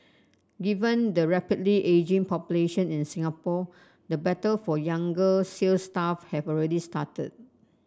given the rapidly ageing population in Singapore the battle for younger sale staff have already started